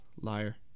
liar